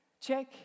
check